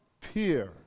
peer